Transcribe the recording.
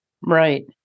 Right